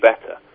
better